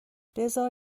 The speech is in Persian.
بزار